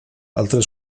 altre